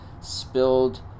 spilled